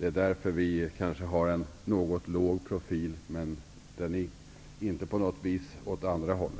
Det är därför som vi kanske har en något låg profil. Men den är inte på något vis åt andra hållet.